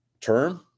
term